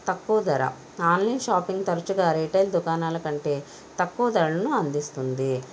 తక్కువ ధర online shopping తరుచుగా రీటైల్ దుకాణాల కంటే తక్కువ ధరలను అందిస్తుంది